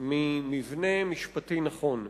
ממבנה משפטי נכון.